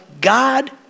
God